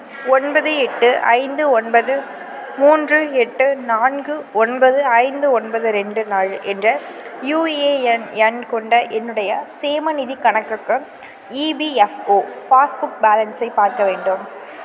ஒன்பது எட்டு ஐந்து ஒன்பது மூன்று எட்டு நான்கு ஒன்பது ஐந்து ஒன்பது ரெண்டு நாலு என்ற யூஏஎன் எண் கொண்ட என்னுடைய சேமநிதிக் கணக்குக்கு இபிஎஃப்ஓ பாஸ்புக் பேலன்ஸை பார்க்க வேண்டும்